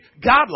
God